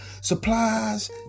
supplies